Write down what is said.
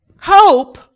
hope